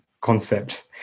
concept